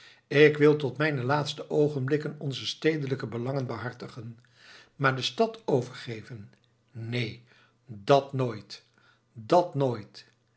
ik wil tot mijne laatste oogenblikken onze stedelijke belangen behartigen maar de stad overgeven neen dàt nooit dàt nooit